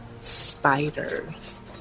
spiders